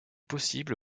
possible